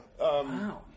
Wow